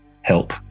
help